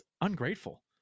ungrateful